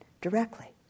directly